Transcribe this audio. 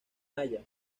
haya